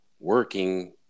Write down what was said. working